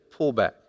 pullback